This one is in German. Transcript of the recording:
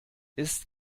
ist